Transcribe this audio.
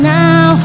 now